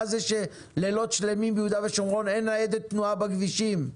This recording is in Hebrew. מה זה שלילות שלמים ביהודה ושומרון אין ניידת תנועה בכבישים?